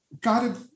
God